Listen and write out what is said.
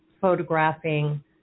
photographing